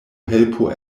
helpo